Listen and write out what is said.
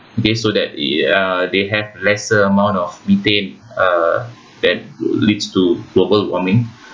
okay so that uh they have lesser amount of methane uh that leads to global warming